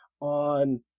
on